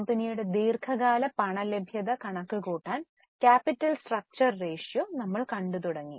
കമ്പനിയുടെ ദീർഘകാല പണലഭ്യത കണക്കു കൂട്ടാൻ ക്യാപിറ്റൽ സ്റ്റ്ക്ച്ചർ റേഷ്യോ നമ്മൾ കണ്ടുതുടങ്ങി